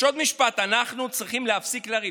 יש עוד משפט: אנחנו צריכים להפסיק לריב.